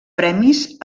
premis